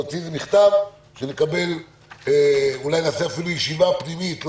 להוציא מכתב שנקבל - אולי נעשה ישיבה פנימית,